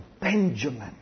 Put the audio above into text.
Benjamin